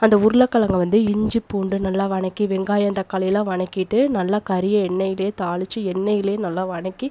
அந்த உருளக்கிழங்க வந்து இஞ்சி பூண்டு நல்லா வணக்கி வெங்காயம் தக்காளியெலாம் வணக்கிட்டு நல்லா கறியை எண்ணெய்லேயே தாளித்து எண்ணெய்லேயே நல்லா வணக்கி